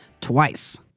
twice